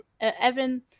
Evan